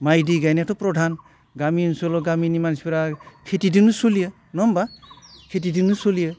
माइ दै गाइनायाथ' प्रधान गामि ओनसोलाव गामिनि मानसिफ्रा खेथिजोंनो सोलियो नङा होमबा खेथिजोंनो सोलियो